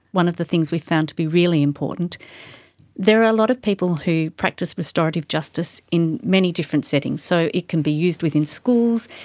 one of the things we found to be really important there are a lot of people who practise restorative justice in many different settings, so it can be used within schools,